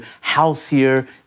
healthier